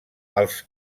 els